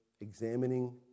examining